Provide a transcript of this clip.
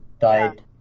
died